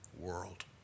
world